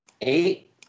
Eight